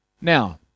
Now